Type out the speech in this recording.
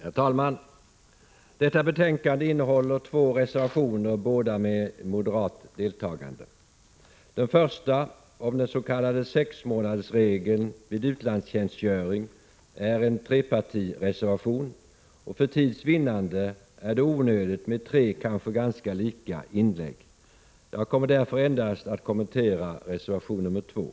Herr talman! Detta betänkande innehåller två reservationer, båda med moderat deltagande. Den första handlar om den s.k. sexmånadersregeln vid utlandstjänstgöring och är en trepartireservation. För tids vinnande är det onödigt med tre kanske ganska lika inlägg. Jag kommer därför endast att kommentera reservation 2.